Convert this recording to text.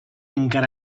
encara